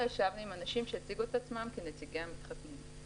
אנחנו ישבנו עם אנשים שהציגו עצמם כנציגי המתחתנים.